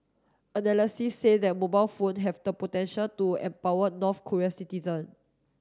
analysis say that mobile phone have the potential to empower North Korean citizen